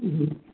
جی